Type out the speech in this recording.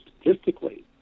statistically